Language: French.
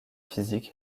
physique